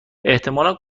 احتمالا